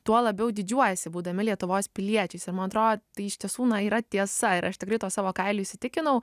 tuo labiau didžiuojasi būdami lietuvos piliečiais ir man atrodo tai iš tiesų na yra tiesa ir aš tikrai to savo kailiu įsitikinau